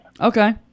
Okay